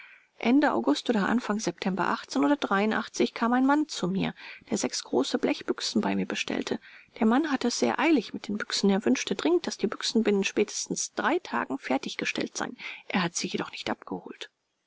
ende august oder anfang september kam ein mann zu mir der sechs große blechbüchsen bei mir bestellte der mann hatte es sehr eilig mit den büchsen er wünschte dringend daß die büchsen binnen spätestens stens drei tagen fertiggestellt seien er hat sie jedoch nicht abgeholt